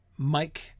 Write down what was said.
Mike